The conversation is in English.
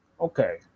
Okay